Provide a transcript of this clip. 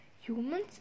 Humans